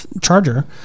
charger